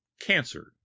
cancer